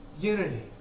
unity